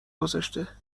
گذاشته